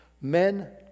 Men